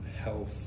health